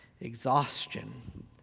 Exhaustion